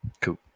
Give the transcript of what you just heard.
Cool